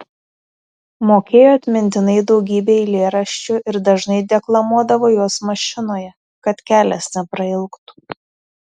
mokėjo atmintinai daugybę eilėraščių ir dažnai deklamuodavo juos mašinoje kad kelias neprailgtų